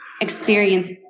experience